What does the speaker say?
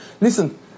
Listen